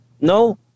No